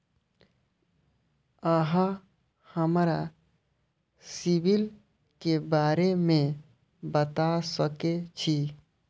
अहाँ हमरा सिबिल के बारे में बता सके छी?